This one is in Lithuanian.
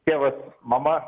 tėvas mama